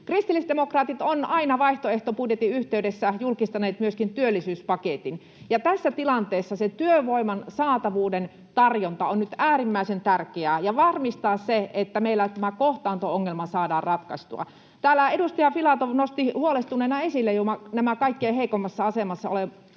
Kristillisdemokraatit ovat aina vaihtoehtobudjetin yhteydessä julkistaneet myöskin työllisyyspaketin. Tässä tilanteessa on nyt äärimmäisen tärkeää se työvoiman saatavuuden tarjonta ja sen varmistaminen, että meillä tämä kohtaanto-ongelma saadaan ratkaistua. Täällä edustaja Filatov nosti jo huolestuneena esille nämä kaikkein heikoimmassa